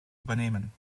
übernehmen